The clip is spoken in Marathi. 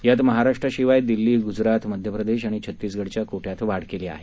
त्यात महाराष्ट्राखेरीज दिल्ली गुजरात मध्यप्रदेश आणि छत्तीसगडच्या कोट्यात वाढ केली आहे